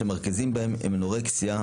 כשהמרכזיים שבהם הם אנורקסיה,